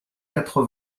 quatre